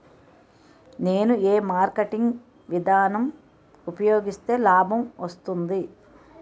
నేను ఏ మార్కెటింగ్ విధానం ఉపయోగిస్తే లాభం వస్తుంది?